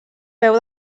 veu